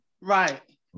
Right